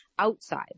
outside